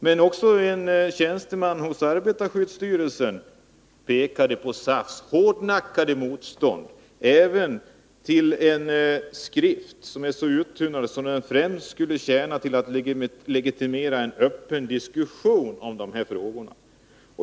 Men också en tjänsteman hos arbetarskyddsstyrelsen pekar på SAF:s hårdnackade motstånd även mot en skrift, som är så uttunnad att den främst skulle tjäna till att legitimera en öppen diskussion om dessa frågor.